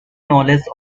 knowledge